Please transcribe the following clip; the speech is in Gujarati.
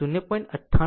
આમ 0